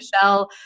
Michelle